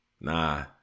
Nah